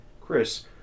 Chris